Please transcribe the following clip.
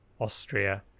Austria